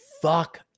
fuck